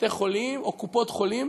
בתי-חולים או קופות-חולים